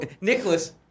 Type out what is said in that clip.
Nicholas